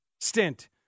stint